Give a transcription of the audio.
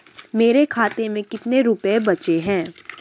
मेरे खाते में कितने रुपये बचे हैं?